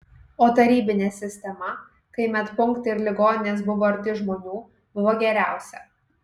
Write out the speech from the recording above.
o tarybinė sistema kai medpunktai ir ligoninės buvo arti žmonių buvo geriausia